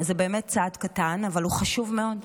זה באמת צעד קטן, אבל הוא חשוב מאוד.